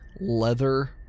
leather